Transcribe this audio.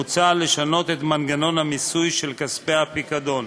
מוצע לשנות את מגנון המיסוי של כספי הפיקדון.